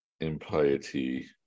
impiety